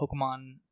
Pokemon